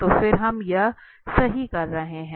तो फिर हम यह सही कर रहे हैं